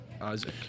Isaac